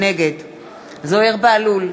נגד זוהיר בהלול,